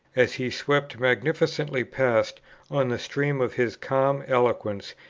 as he swept magnificently past on the stream of his calm eloquence,